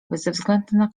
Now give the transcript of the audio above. bezwzględna